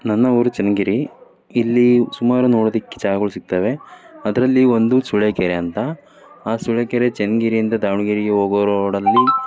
ನನ್ನ ಊರು ಚನ್ನಗಿರಿ ಇಲ್ಲಿ ಸುಮಾರು ನೋಡೋದಕ್ಕೆ ಜಾಗಗಳು ಸಿಗ್ತವೆ ಅದರಲ್ಲಿ ಒಂದು ಸೂಳೆಕೆರೆ ಅಂತ ಆ ಸೂಳೆಕೆರೆ ಚನ್ನಗಿರಿಯಿಂದ ದಾವಣಗೆರೆಗೆ ಹೋಗುವ ರೋಡಲ್ಲಿ